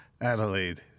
adelaide